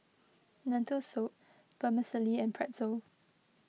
Lentil Soup Vermicelli and Pretzel